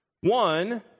One